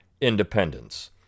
independence